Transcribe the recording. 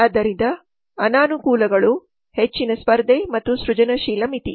ಆದ್ದರಿಂದ ಅನಾನುಕೂಲಗಳು ಹೆಚ್ಚಿನ ಸ್ಪರ್ಧೆ ಮತ್ತು ಸೃಜನಶೀಲ ಮಿತಿ